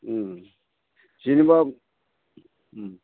जेनेबा